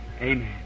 Amen